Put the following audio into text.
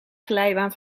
glijbaan